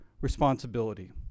responsibility